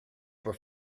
were